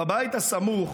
"בבית הסמוך